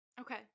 okay